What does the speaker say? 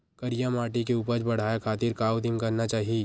करिया माटी के उपज बढ़ाये खातिर का उदिम करना चाही?